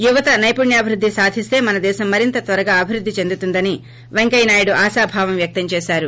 యువత నైపుణ్యాభివృద్ధి సాధిస్త మనదేశం మరింత త్వరగా అభివృద్ది చెందుతుందని పెంకయ్య నాయుడు ఆశాభావం వ్యక్తం చేశారు